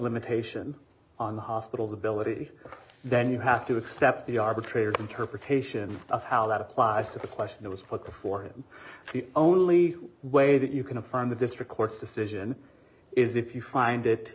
limitation on the hospital's ability then you have to accept the arbitrator's interpretation of how that applies to the question that was put before him the only way that you can affirm the district court's decision is if you find it